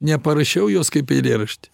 neparašiau juos kaip eilėraštį